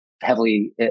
heavily